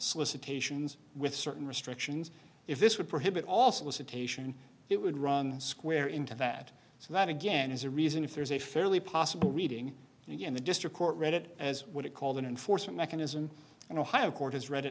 solicitations with certain restrictions if this would prohibit all solicitation it would run square into that so that again is a reason if there is a fairly possible reading and again the district court read it as what it called an enforcement mechanism and a higher court has read it